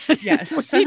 Yes